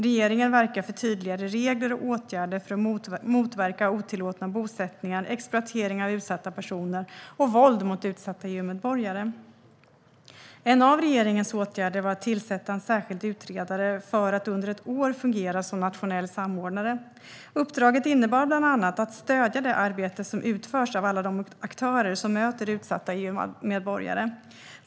Regeringen verkar för tydligare regler och åtgärder för att motverka otillåtna bosättningar, exploatering av utsatta personer och våld mot utsatta EU-medborgare. En av regeringens åtgärder var att tillsätta en särskild utredare som under ett år skulle fungera som nationell samordnare. Uppdraget innebar bland annat att stödja det arbete som utförs av alla de aktörer som möter utsatta EU-medborgare.